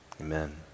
amen